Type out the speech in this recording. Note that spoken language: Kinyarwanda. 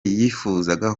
yifuzaga